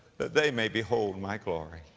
that they may behold my glory.